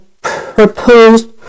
proposed